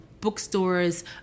bookstores